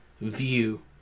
view